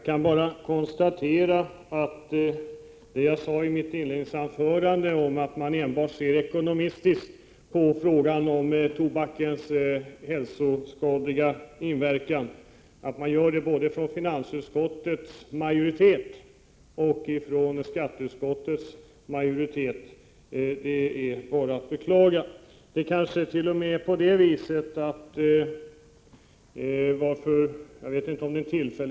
Herr talman! Jag sade i mitt inledningsanförande att både finansutskottets och skatteutskottets majoritet ser enbart ekonomiskt på tobakens hälsovådliga verkningar. Detta är att beklaga.